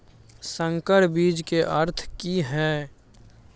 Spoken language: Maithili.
संकर बीज के अर्थ की हैय?